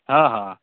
ହଁ ହଁ